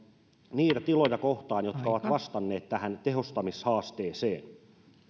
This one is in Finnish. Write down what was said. niitä tiloja kohtaan jotka ovat vastanneet tähän tehostamishaasteeseen